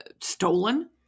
stolen